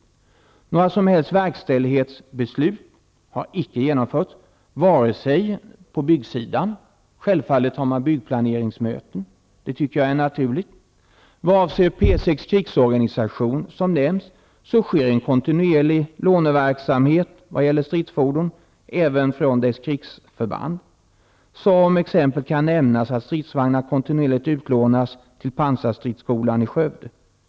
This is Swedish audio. Inga som helst verkställighetsbeslut har genomförts, vare sig på byggsidan -- självfallet har man byggplaneringsmöten, vilket är naturligt -- eller inom P 6:s krigsorganisation. Det sker en kontinuerlig låneverksamhet vad gäller stridsfordon även från dess krigsförband. Som exempel kan nämnas att stridsvagnar kontinuerligt utlånas till pansarstridsskolan i Skövde.